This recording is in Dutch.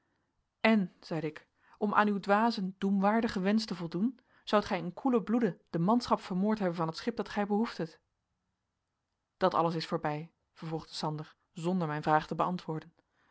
en zeide ik om aan uw dwazen doemwaardigen wensch te voldoen zoudt gij in koelen bloede de manschap vermoord hebben van het schip dat gij behoefdet dat alles is voorbij vervolgde sander zonder mijn vraag te beantwoorden